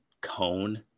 cone